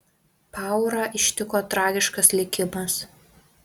paurą ištiko tragiškas likimas